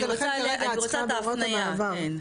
אני רוצה את ההפניה, כן.